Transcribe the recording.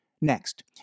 Next